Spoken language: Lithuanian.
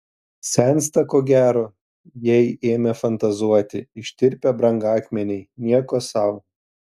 sensta ko gero jei ėmė fantazuoti ištirpę brangakmeniai nieko sau